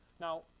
Now